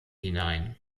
hinein